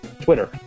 Twitter